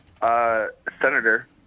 senator